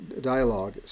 dialogue